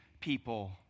people